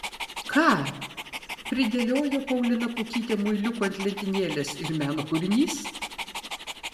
ką pridėliojo paulina pukytė muiliukų ant lentynėlės ir meno kūrinys